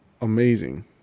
amazing